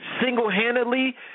single-handedly